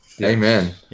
Amen